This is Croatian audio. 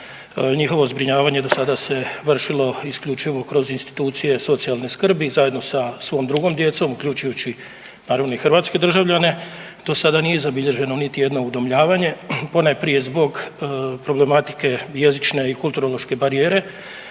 Njihovo zbrinjavanje do sada se vršilo isključivo kroz institucije socijalne skrbi zajedno sa svom drugom djecom uključujući naravno i hrvatske državljane. Do sada nije zabilježeno niti jedno udomljavanje, ponajprije zbog problematike jezične i kulturološke barijere,